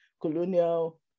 colonial